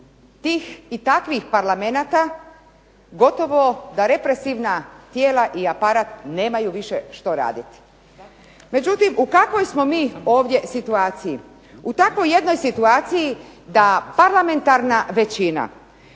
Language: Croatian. tih i takvih parlamenata gotovo da represivna tijela i aparat nemaju više što raditi. Međutim, u kakvoj smo mi ovdje situaciji. U takvoj jednoj situaciji da parlamentarna većina